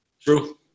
True